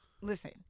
Listen